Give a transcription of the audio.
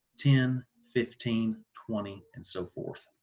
ten, fifteen, twenty, and so forth